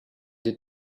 did